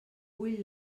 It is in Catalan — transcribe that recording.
bull